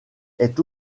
est